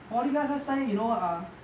poly life last time you know uh